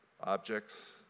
objects